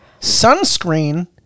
sunscreen